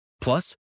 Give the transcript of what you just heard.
Plus